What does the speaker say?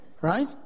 Right